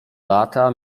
lata